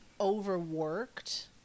overworked